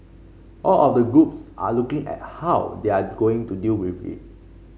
all of the groups are looking at how they are going to deal with it